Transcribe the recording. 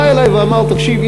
בא אלי ואמר: תקשיב,